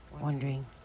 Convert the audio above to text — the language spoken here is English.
wondering